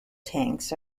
tanks